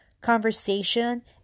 conversation